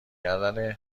کردن